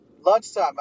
Lunchtime